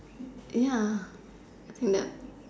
ya in the